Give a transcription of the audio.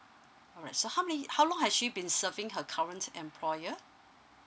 alright so how many how long has she been serving her current employer